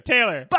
Taylor